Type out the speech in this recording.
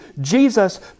Jesus